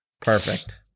perfect